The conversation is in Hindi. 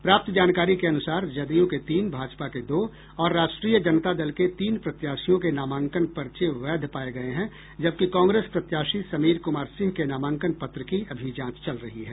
प्राप्त जानकारी के अनुसार जदयू के तीन भाजपा के दो और राष्ट्रीय जनता दल के तीन प्रत्याशियों के नामांकन पर्चे वैध पाये गये हैं जबकि कांग्रेस प्रत्याशी समीर कुमार सिंह के नामांकन पत्र की अभी जांच चल रही है